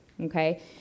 okay